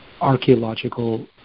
archaeological